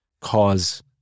cause